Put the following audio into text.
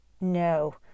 no